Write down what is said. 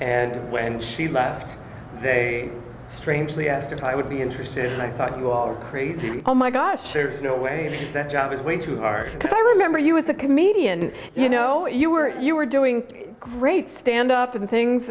and when she left they strangely asked if i would be interested and i thought you all are crazy oh my gosh there's no way that job is way too hard because i remember you as a comedian you know you were you were doing great stand up and things